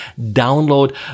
download